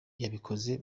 yabikoze